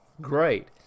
great